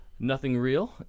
NothingReal